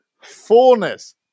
fullness